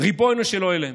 ריבונו של עולם.